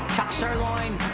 chuck sirloin,